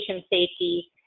safety